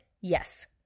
Yes